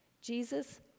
Jesus